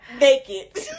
naked